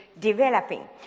developing